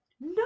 No